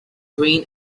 green